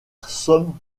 somme